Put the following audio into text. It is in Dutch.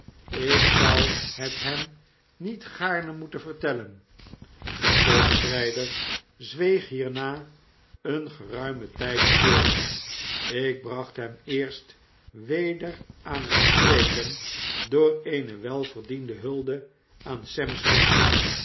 ik zou het hem niet gaarne moeten vertellen de postrijder zweeg hierna een geruimen tyd stil ik bracht hem eerst weder aan het spreken door eene welverdieude hulde aan sem's moed